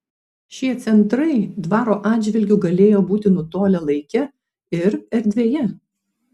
šie centrai dvaro atžvilgiu galėjo būti nutolę laike ir erdvėje